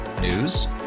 News